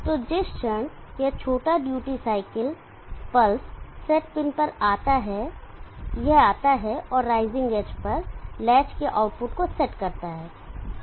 तो जिस क्षण यह छोटा duty cycle pulse set pin पर आता है यह आता है और राइजिंग एज पर लैच के आउटपुट को सेट करता है